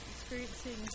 experiencing